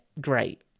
great